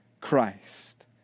Christ